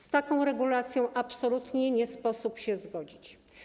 Z taką regulacją absolutnie nie sposób się zgodzić.